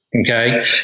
Okay